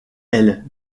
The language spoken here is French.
elle